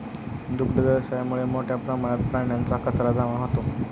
दुग्ध व्यवसायामुळे मोठ्या प्रमाणात प्राण्यांचा कचरा जमा होतो